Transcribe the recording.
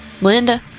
Linda